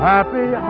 Happy